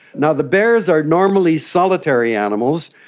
now, the bears are normally solitary animals,